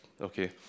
Okay